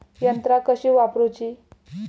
यंत्रा कशी वापरूची?